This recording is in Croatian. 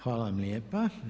Hvala vam lijepa.